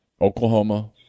Oklahoma